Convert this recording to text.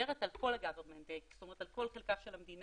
שמדברת על כל הגז, זאת אומרת על כל חלקה של המדינה